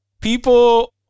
People